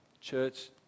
Church